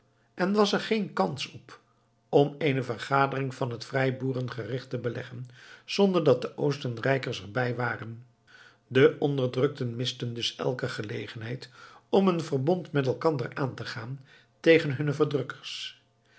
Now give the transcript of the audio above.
en was er geene kans op om eene vergadering van het vrijboeren gericht te beleggen zonder dat de oostenrijkers er bij waren de onderdrukten misten dus elke gelegenheid om een verbond met elkander aan te gaan tegen hunne verdrukkers